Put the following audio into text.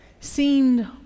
seemed